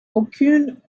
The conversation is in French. aucun